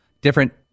Different